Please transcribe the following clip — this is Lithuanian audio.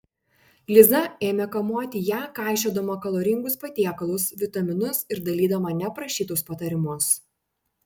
liza ėmė kamuoti ją kaišiodama kaloringus patiekalus vitaminus ir dalydama neprašytus patarimus